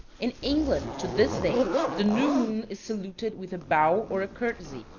in england, to this day the new moon is saluted with a bow or a courtesy,